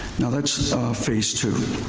now that's phase two.